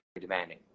demanding